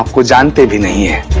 ah present here